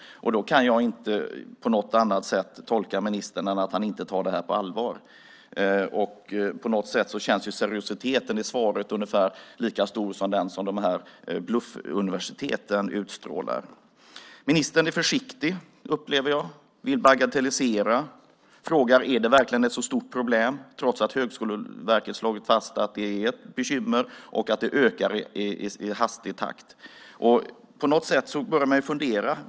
Jag kan inte på något annat sätt tolka ministern än att han inte tar det här på allvar. På något sätt känns seriositeten i svaret ungefär lika stor som den som bluffuniversiteten utstrålar. Ministern är försiktig, upplever jag, vill bagatellisera, frågar om det verkligen är ett så stort problem trots att Högskoleverket slagit fast att det är ett bekymmer och att det ökar i hastig takt. Man börjar fundera.